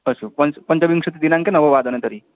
अस्तु पञ्च पञ्चविंशतिदिनाङ्के नववादने तर्हि